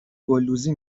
گلدوزی